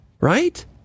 right